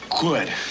good